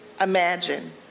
imagine